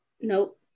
Nope